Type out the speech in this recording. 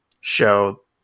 show